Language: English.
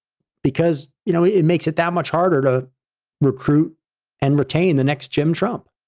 because, you know, it it makes it that much harder to recruit and retain the next jim trump.